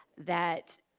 that,